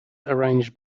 arranged